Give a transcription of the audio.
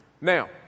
Now